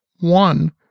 One